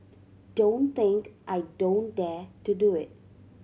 don't think I don't dare to do it